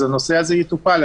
אז הנושא הזה יטופל.